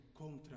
contra